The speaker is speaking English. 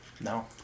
No